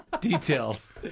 Details